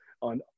on